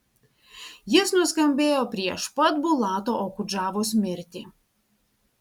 jis nuskambėjo prieš pat bulato okudžavos mirtį